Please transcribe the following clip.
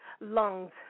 lungs